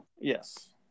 Yes